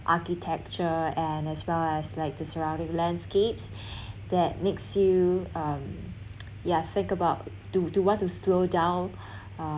architecture and as well as like the surrounding landscapes that makes you um yeah think about to to want to slow down uh